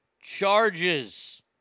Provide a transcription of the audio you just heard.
charges